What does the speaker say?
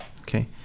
okay